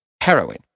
heroin